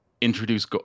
introduce